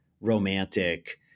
romantic